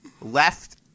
left